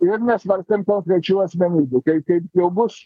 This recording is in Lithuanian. ir nesvarstėm konkrečių asmenybių kaip kaip jau bus